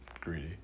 greedy